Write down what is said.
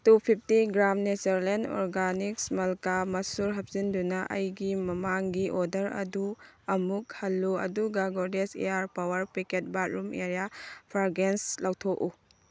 two fifty gram ꯅꯦꯆꯔꯂꯦꯟ organics ꯃꯜꯀꯥ ꯃꯁꯨꯔ ꯍꯞꯆꯤꯟꯗꯨꯅ ꯑꯩꯒꯤ ꯃꯃꯥꯡꯒꯤ ꯑꯣꯔꯗꯔ ꯑꯗꯨ ꯑꯃꯨꯛ ꯍꯜꯂꯨ ꯑꯗꯨꯒ Godrej aer power packet bathroom air fragrance ꯂꯧꯊꯣꯛꯎ